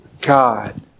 God